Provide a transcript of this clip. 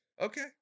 okay